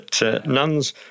nuns